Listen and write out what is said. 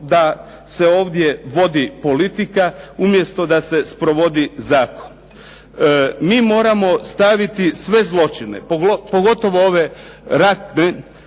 da se ovdje vodi politika umjesto da se sprovodi zakon. Mi moramo staviti sve zločine, pogotovo ove ratne,